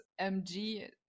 mg